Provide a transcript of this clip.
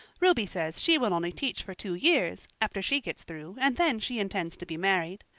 ruby says she will only teach for two years after she gets through, and then she intends to be married.